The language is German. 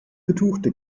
betuchte